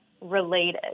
related